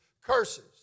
curses